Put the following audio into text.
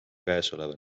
käesoleva